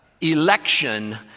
election